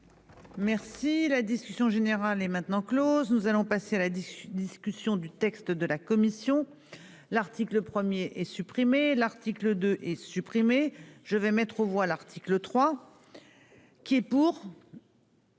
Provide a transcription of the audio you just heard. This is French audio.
Merci la discussion générale est maintenant Close, nous allons passer la discussion du texte de la commission l'article et supprimer l'article 2 est supprimé, je vais mettre aux voix l'article 3 qui est pour.